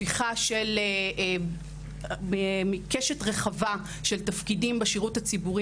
הפיכה של קשת רחבה של תפקידים בשירות הציבורי